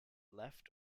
left